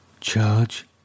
Charge